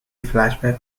flashback